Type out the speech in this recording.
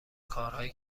کارهایی